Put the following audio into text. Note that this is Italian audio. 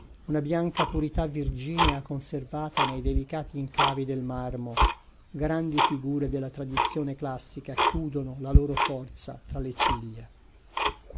una bianca purità virginea conservata nei delicati incavi del marmo grandi figure della tradizione classica chiudono la loro forza tra le ciglia